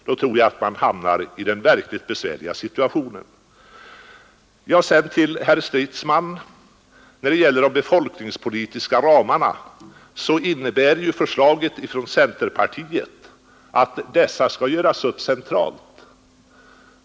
Då tror jag att man hamnar i den verkligt besvärliga situationen. Så till herr Stridsman! När det gäller de befolkningspolitiska ramarna innebär ju förslaget från centerpartiet att dessa skall göras upp centralt.